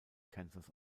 kansas